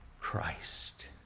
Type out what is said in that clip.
Christ